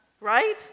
right